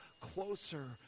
closer